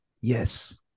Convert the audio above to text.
Yes